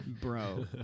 Bro